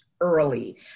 early